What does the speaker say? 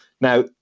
now